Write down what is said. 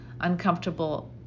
uncomfortable